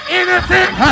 innocent